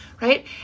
right